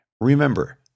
Remember